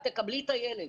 את תקבלי את הילד.